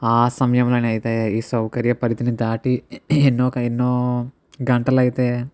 ఆ సమయంలోనైతే ఈ సౌకర్య పరిధిని దాటి ఎన్నో క ఎన్నో గంటలు అయితే